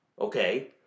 okay